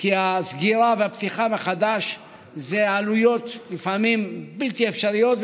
כי לסגירה ולפתיחה מחדש יש עלויות שהן לפעמים בלתי אפשריות,